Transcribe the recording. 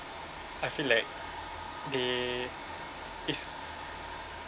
I feel like they it's